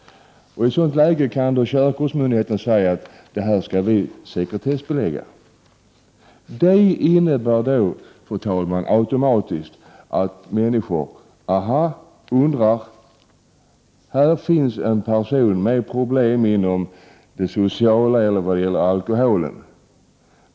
I ett sådant läge kan körkortsmyndigheten sekretessbelägga den. Det innebär, fru talman, att människor automatiskt drar slutsatsen att den 143 Prot. 1988/89:125 vars patientjournal är sekretessbelagd har problem inom det sociala området eller med alkoholen.